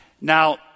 Now